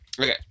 Okay